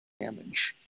damage